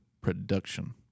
production